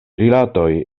rilatoj